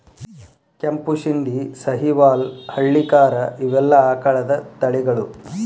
ಕೆಂಪು ಶಿಂದಿ, ಸಹಿವಾಲ್ ಹಳ್ಳಿಕಾರ ಇವೆಲ್ಲಾ ಆಕಳದ ತಳಿಗಳು